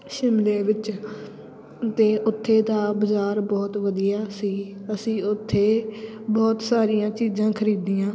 ਸ਼ਿਮਲੇ ਵਿੱਚ ਅਤੇ ਉੱਥੇ ਦਾ ਬਜ਼ਾਰ ਬਹੁਤ ਵਧੀਆ ਸੀ ਅਸੀਂ ਉੱਥੇ ਬਹੁਤ ਸਾਰੀਆਂ ਚੀਜ਼ਾਂ ਖਰੀਦੀਆਂ